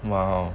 !wow!